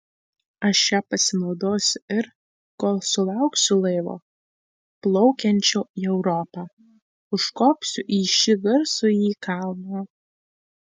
aš ja pasinaudosiu ir kol sulauksiu laivo plaukiančio į europą užkopsiu į šį garsųjį kalną